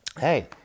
Hey